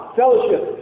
fellowship